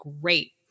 great